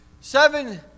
seven